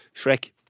Shrek